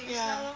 ya